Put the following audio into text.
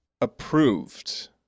approved